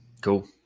cool